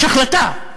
יש החלטה.